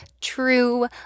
true